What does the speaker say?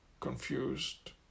confused